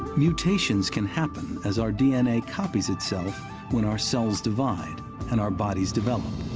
mutations can happen as our d n a. copies itself when our cells divide and our bodies develop.